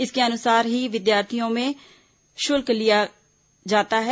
इसके अनुसार ही विद्यालयों में शुल्क लिया जाता है